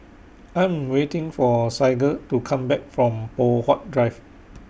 I Am waiting For Saige to Come Back from Poh Huat Drive